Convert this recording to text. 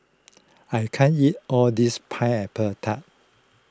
I can't eat all this Pineapple Tart